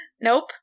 nope